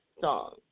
song